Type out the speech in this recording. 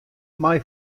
mei